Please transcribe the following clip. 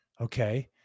okay